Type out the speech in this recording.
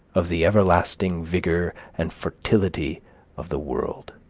of the everlasting vigor and fertility of the world.